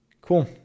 Cool